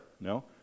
No